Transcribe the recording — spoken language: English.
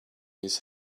his